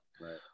right